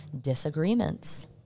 disagreements